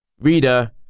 Reader